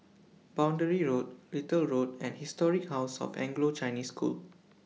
Boundary Road Little Road and Historic House of Anglo Chinese School